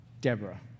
Deborah